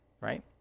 right